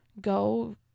go